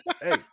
Hey